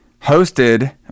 hosted